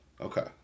Okay